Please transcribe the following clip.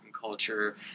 culture